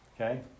Okay